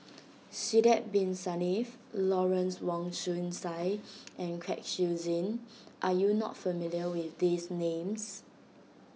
Sidek Bin Saniff Lawrence Wong Shyun Tsai and Kwek Siew Zin are you not familiar with these names